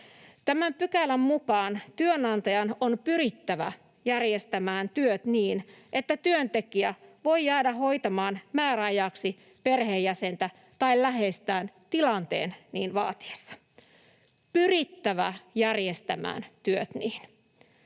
Tämän pykälän mukaan työnantajan on pyrittävä järjestämään työt niin, että työntekijä voi jäädä hoitamaan määräajaksi perheenjäsentä tai läheistään tilanteen niin vaatiessa — siis pyrittävä järjestämään työt niin.